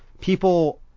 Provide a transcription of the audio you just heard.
people